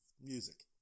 music